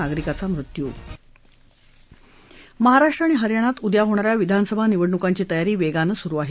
नागरिकाचा मृत्यू महाराष्ट्र आणि हरियाणात उद्या होणा या विधानसभा निवडणूकांची तयारी वेगानं सुरु आहे